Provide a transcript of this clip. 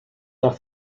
nach